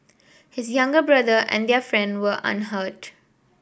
his younger brother and their friend were unhurt